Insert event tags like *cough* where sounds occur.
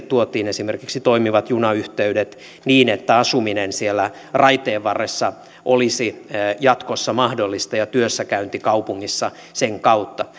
*unintelligible* tuotiin esimerkiksi toimivat junayhteydet niin että asuminen siellä raiteenvarressa olisi jatkossa mahdollista ja työssäkäynti kaupungissa sen kautta *unintelligible*